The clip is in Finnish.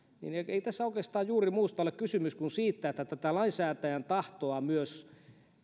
niin ei tässä oikeastaan juuri muusta ole kysymys kuin siitä että tätä lainsäätäjän tahtoa myös